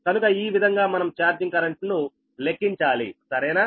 కనుక ఈ విధంగా మనం చార్జింగ్ కరెంటును లెక్కించాలి సరేనా